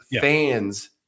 fans